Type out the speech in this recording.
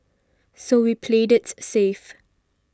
so we played it safe